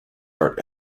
dart